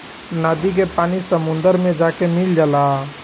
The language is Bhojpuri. नदी के पानी समुंदर मे जाके मिल जाला